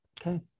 Okay